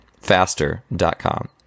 faster.com